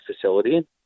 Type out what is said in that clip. facility